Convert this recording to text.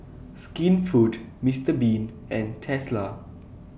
Skinfood Mister Bean and Tesla